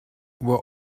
were